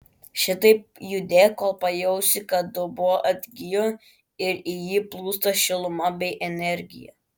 šitaip judėk kol pajausi kad dubuo atgijo ir į jį plūsta šiluma bei energija